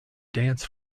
dance